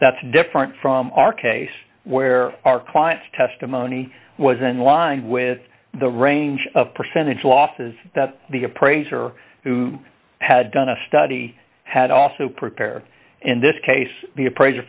that's different from our case where our client's testimony was in line with the range of percentage losses that the appraiser who had done a study had also prepare in this case the appraiser